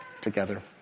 together